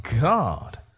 god